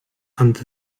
under